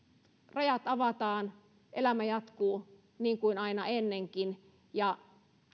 rajat avataan elämä jatkuu niin kuin aina ennenkin ja